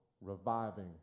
reviving